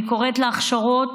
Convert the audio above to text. אני קוראת להכשרות